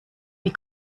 wie